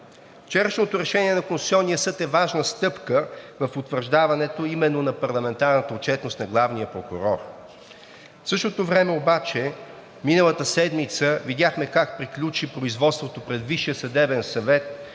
Вчерашното решение на Конституционния съд е важна стъпка в утвърждаването именно на парламентарната отчетност на главния прокурор. В същото време обаче миналата седмица видяхме как приключи производството пред Висшия съдебен съвет,